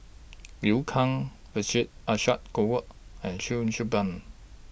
Liu Kang Vijesh Ashok Ghariwala and Cheo Kim Ban